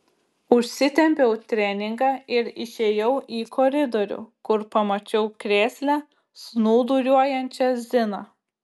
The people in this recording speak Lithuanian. užsitempiau treningą ir išėjau į koridorių kur pamačiau krėsle snūduriuojančią ziną